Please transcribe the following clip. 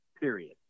period